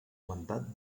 mandat